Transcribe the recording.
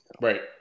Right